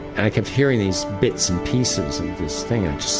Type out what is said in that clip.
i kept hearing these bits and pieces of this thing. and